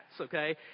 okay